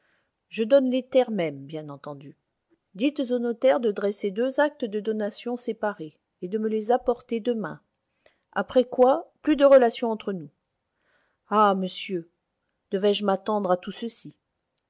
je donne les terres mêmes bien entendu dites au notaire de dresser deux actes de donation séparés et de me les apporter demain après quoi plus de relations entre nous ah monsieur devais-je m'attendre à tout ceci